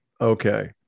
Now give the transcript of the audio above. Okay